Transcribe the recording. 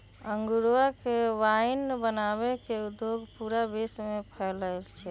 अंगूरवा से वाइन बनावे के उद्योग पूरा विश्व में फैल्ल हई